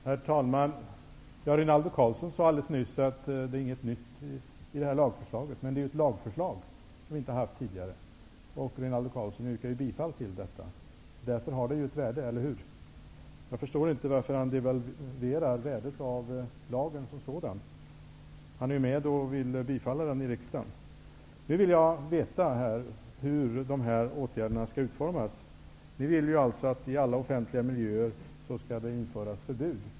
Herr talman! Rinaldo Karlsson sade alldeles nyss att det här lagförslaget inte innehåller någonting nytt, men det är ju ett lagförslag som vi inte har haft tidigare och Rinaldo Karlsson yrkar ju bifall till detta. Därför har det ju ett värde, eller hur? Jag förstår inte varför Rinaldo Karlsson devalverar värdet av lagen som sådan. Han är ju med bland dem som vill att riksdagen skall bifalla lagförslaget. Nu vill jag veta hur de här åtgärderna skall utformas. Ni vill alltså att det i alla offentliga miljöer skall införas rökförbud.